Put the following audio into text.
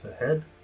ahead